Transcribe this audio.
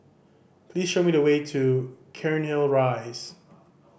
please show me the way to Cairnhill Rise